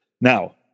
now